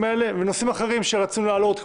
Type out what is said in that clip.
האלה וכן נושאים אחרים שרצינו להעלות,